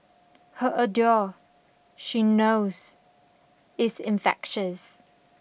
her ardour she knows is infectious